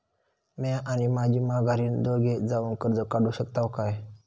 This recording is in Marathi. म्या आणि माझी माघारीन दोघे जावून कर्ज काढू शकताव काय?